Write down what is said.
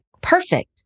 perfect